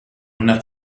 una